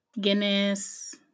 Guinness